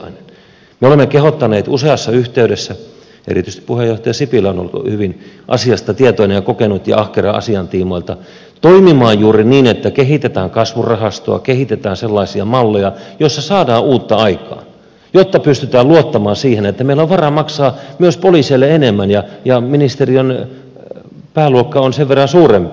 me olemme kehottaneet useassa yhteydessä erityisesti puheenjohtaja sipilä on ollut hyvin asiasta tietoinen ja kokenut ja ahkera asian tiimoilta toimimaan juuri niin että kehitetään kasvurahastoa kehitetään sellaisia malleja joissa saadaan uutta aikaan jotta pystytään luottamaan siihen että meillä on varaa maksaa myös poliiseille enemmän ja ministeriön pääluokka on sen verran suurempi